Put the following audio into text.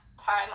time